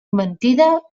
mentida